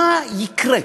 מה יקרה?